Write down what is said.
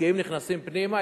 המשקיעים נכנסים פנימה,